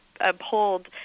uphold